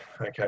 Okay